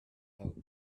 hope